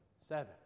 seven